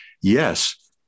Yes